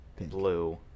blue